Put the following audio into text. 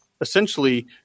essentially